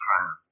crime